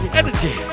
energy